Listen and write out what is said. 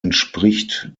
entspricht